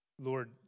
Lord